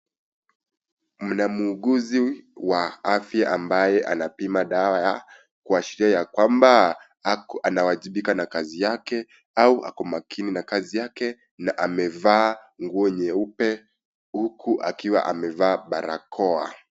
Mna muuguzi wa afya ambaye anapima dawa ya kuashiria yakwamba ,ako anawajibika na kazi yake, au ako makini na kazi yake na amevaa nguo nyeupe huku akiwa amevaa barakoa.